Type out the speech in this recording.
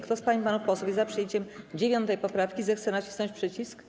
Kto z pań i panów posłów jest za przyjęciem 9. poprawki, zechce nacisnąć przycisk.